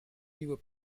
nieuwe